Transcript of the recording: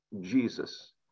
Jesus